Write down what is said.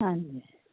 ਹਾਂਜੀ